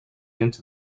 into